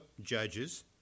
Judges